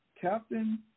captain